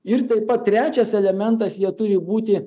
ir taip pat trečias elementas jie turi būti